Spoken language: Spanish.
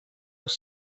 los